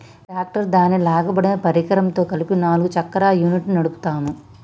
గీ tractor దాని లాగబడిన పరికరంతో కలిపి నాలుగు చక్రాల యూనిట్ను నడుపుతాము